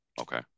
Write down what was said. Okay